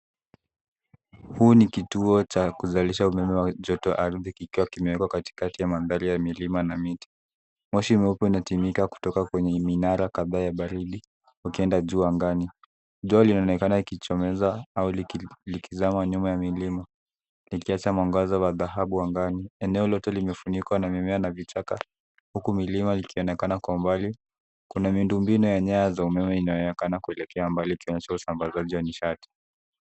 Huu ni kituo cha kuzalisha umeme wa joto ardhi kikiwa kimewekwa katikati ya mandhari ya milima na miti. Moshi mweupe unatimka kutoka kwenye minara kadhaa ya baridi ikienda juu angani. Jua linaonekana likichomoza au likizama nyuma ya milima, likiacha mwangaza wa dhahabu angani. Eneo lote limefunikwa na mimea na vichaka huku milima ikionekana kwa mbali. Kuna miundo mbinu ya nyaya za umeme, ikionyesha usambazaji wa nishati.